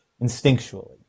instinctually